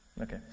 Okay